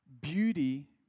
Beauty